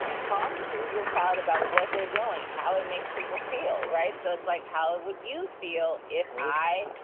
talk to your child about what they're doing, how it makes people feel. right. so it's like, how would you feel if i,